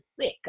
sick